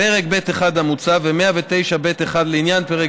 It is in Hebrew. פרק ב'1 המוצע ו-109(ב)(1) לעניין פרק